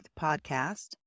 podcast